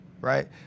right